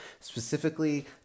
specifically